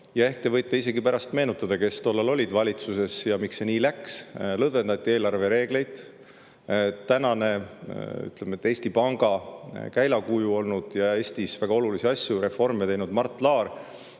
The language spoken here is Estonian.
– ehk te võite isegi pärast meenutada, kes tollal olid valitsuses ja miks see nii läks – lõdvendati eelarvereegleid. Tänane, ütleme, Eesti Panga käilakuju, Eestis väga olulisi asju ja reforme teinud Mart Laar